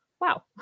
wow